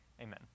Amen